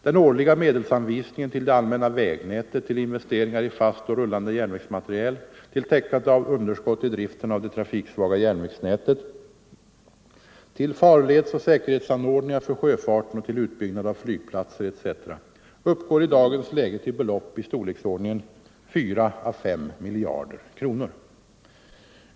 Den årliga — m.m. medelsanvisningen till det allmänna vägnätet, till investeringar i fast och rullande järnvägsmateriel, till täckande av underskott i driften av det trafiksvaga järnvägsnätet, till farledsoch säkerhetsanordningar för sjöfarten och till utbyggnad av flygplatser etc. uppgår i dagens läge till belopp i storleksordningen 4-5 miljarder kronor.